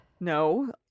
No